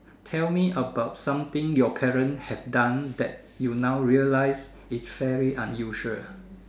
tell me about something your parents have done that you now realize is very unusual